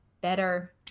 better